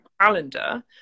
calendar